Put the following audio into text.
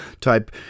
type